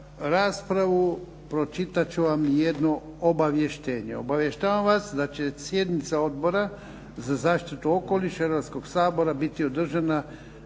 raspravu pročitati ću vam jedno obavještenje. Obavještavam vas da će sjednica Odbora za zaštitu okoliša Hrvatskog sabora biti održana